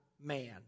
man